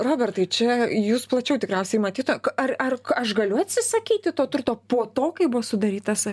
robertai čia jūs plačiau tikriausiai matytų ar ar aš galiu atsisakyti to turto po to kai buvo sudarytas